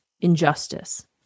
injustice